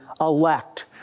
elect